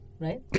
Right